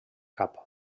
cap